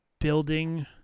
building